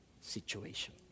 situation